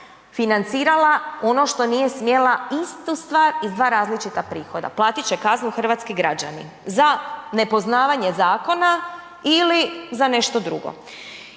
financirala ono što nije smjela istu stvar iz dva različita prihoda, platit će kaznu hrvatski građani za nepoznavanje zakona ili za nešto drugo.